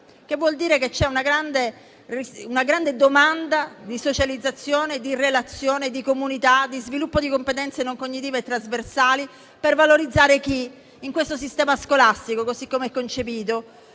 che vuol dire che c'è una grande domanda di socializzazione, di relazione, di comunità, di sviluppo di competenze non cognitive e trasversali, per valorizzare ciò che, in questo sistema scolastico così come è concepito,